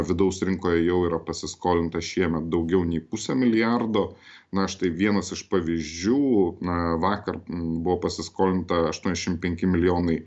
vidaus rinkoje jau yra pasiskolinta šiemet daugiau nei pusė milijardo na štai vienas iš pavyzdžių na vakar buvo pasiskolinta aštuoniasdešim penki milijonai